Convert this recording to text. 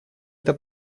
эта